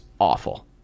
awful